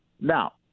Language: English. Now